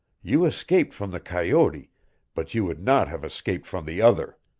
you escaped from the coyote but you would not have escaped from the other.